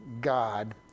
God